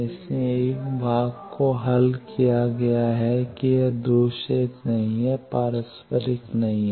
इसलिए एक भाग को हल किया गया है कि यह दोषरहित नहीं है पारस्परिक नहीं है